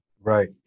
Right